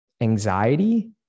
anxiety